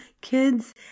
kids